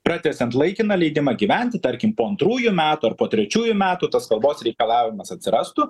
pratęsiant laikiną leidimą gyventi tarkim po antrųjų metų ar po trečiųjų metų tas kalbos reikalavimas atsirastų